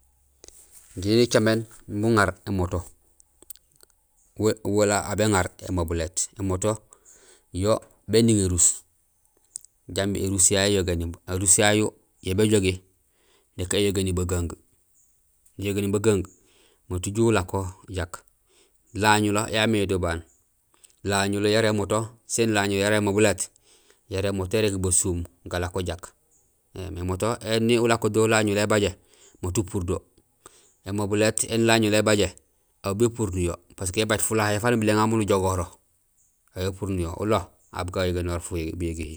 Injé nicaméén aw béŋaar émoto wala émobilét; émoto yo béning éruus, jambi éruus yayu éyogéni, éruus yayu yo béjogi nak éyogéni bagung, yogéni bagung, mat uju ulako jak. Lañulo yamé do baan, lañulo yara émoto sin lañulo yara émobilét, yara émoto érégé basuum galako jak éém. Ēmoto éni ulako do lañulo ébajé, mat upuur do; émobilét éni lañulo ébajé aw bépuur niyo parce que ébajut fulahay faan uñumé éŋar miin ujook nukogoro. Aw bépuur niyo, ulo aw bugayogénoor buyégéhi.